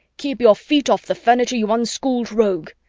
keep your feet off the furniture, you unschooled rogue,